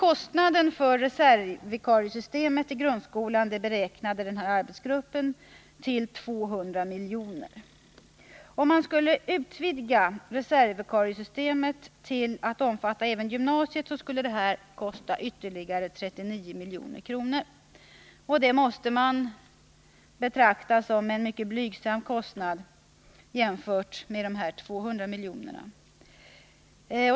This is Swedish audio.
Om man skulle utvidga reservvikariesystemet till att omfatta även gymnasiet, skulle det kosta ytterligare 39 milj.kr. Det måste betraktas som en blygsam kostnad jämfört med de 200 miljonerna.